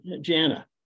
Jana